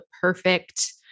perfect